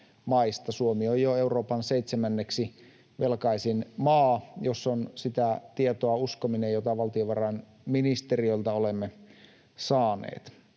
Suomi on jo Euroopan seitsemänneksi velkaisin maa, jos on sitä tietoa uskominen, jota valtiovarainministeriöltä olemme saaneet.